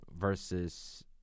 versus